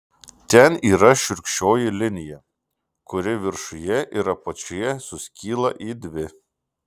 ten yra šiurkščioji linija kuri viršuje ir apačioje suskyla į dvi